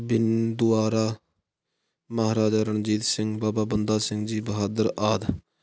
ਬਿੰਦੁਆਰਾ ਮਹਾਰਾਜਾ ਰਣਜੀਤ ਸਿੰਘ ਬਾਬਾ ਬੰਦਾ ਸਿੰਘ ਜੀ ਬਹਾਦਰ ਆਦਿ